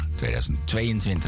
2022